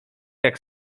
jak